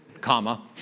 comma